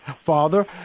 father